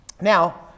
Now